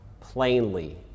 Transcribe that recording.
plainly